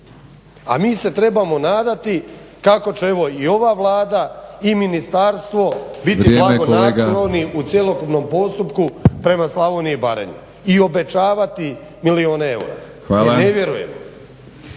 A mi se trebamo nadati kako će evo i ova Vlada i Ministarstvo biti blagonakloni u cjelokupnom postupku prema Slavoniji i Baranji i obećavati milijune eura, jer ne vjerujem.